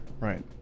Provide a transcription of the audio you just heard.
Right